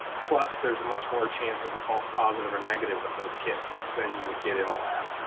plus there's much more chance of a false positive or negative with those kits than you would get in a lab.